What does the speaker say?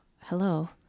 hello